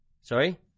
Sorry